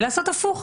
לעשות הפוך.